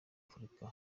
afurika